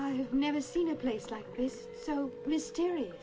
have never seen a place like this so mysterious